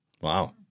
wow